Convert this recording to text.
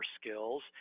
skills